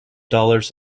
dollars